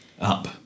up